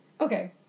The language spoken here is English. okay